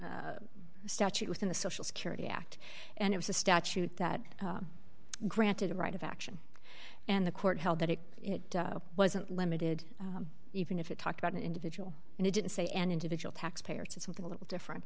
a statute within the social security act and it was a statute that granted a right of action and the court held that it wasn't limited even if it talked about an individual and he didn't say an individual taxpayer it's something a little different